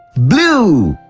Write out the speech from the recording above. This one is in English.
blue,